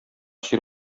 җир